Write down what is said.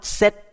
set